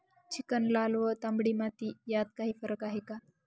Chicken, लाल व तांबडी माती यात काही फरक आहे का?